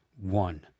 one